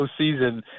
postseason